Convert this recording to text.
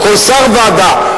לכל שר, ועדה.